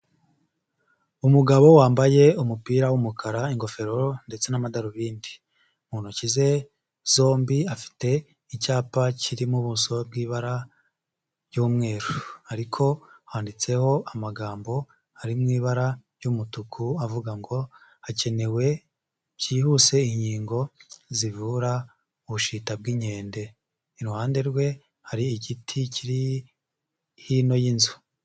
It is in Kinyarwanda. Umugabo wambaye umupira w'umukara, ingofero ndetse n'amadarubindi. Mu ntoki ze zombie afite icyapa kirimo ubuso bw'ibara ry'umweru, ariko handitseho amagambo ari mu ibara ry'umutuku avuga ngo ''hakenewe byihuse inkingo zivura ubushita bw'inkende''. Iruhande rwe hari igiti kiri hino y'inzu.